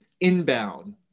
inbound